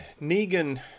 Negan